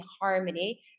harmony